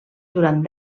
durant